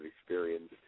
experience